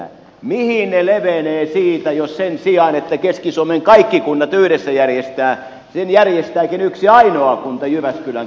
mihin ne levenevät siitä jos sen sijaan että keski suomen kaikki kunnat yhdessä järjestävät ne järjestääkin yksi ainoa kunta jyväskylän kaupunki